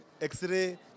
X-Ray